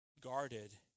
guarded